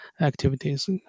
activities